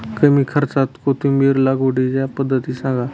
कमी खर्च्यात कोथिंबिर लागवडीची पद्धत सांगा